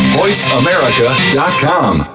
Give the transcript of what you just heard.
voiceamerica.com